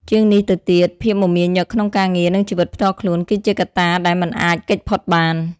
ជាងនេះទៅទៀត ភាពមមាញឹកក្នុងការងារ និងជីវិតផ្ទាល់ខ្លួន គឺជាកត្តាដែលមិនអាចគេចផុតបាន។